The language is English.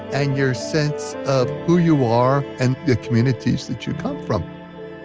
and your sense of who you are, and the communities that you come from.